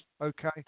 Okay